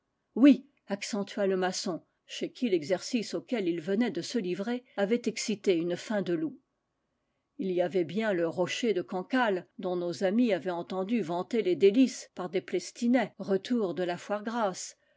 oui accentua le maçon chez qui l'exercice auquel il venait de se livrer avait excité une faim de loup il y avait bien le rocher de cancale dont nos amis avaient entendu vanter les délices par des plestinais retour de la foire grasse